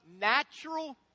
natural